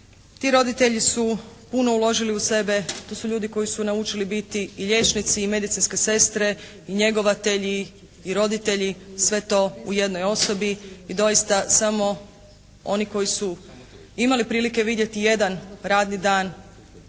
Ti roditelji su puno uložili u sebe, to su ljudi koji su naučili biti i liječnici i medicinske sestre i njegovatelji, i roditelji, sve to u jednoj osobi i doista samo oni koji su imali prilike vidjeti jedan radni dan takvih